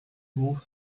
move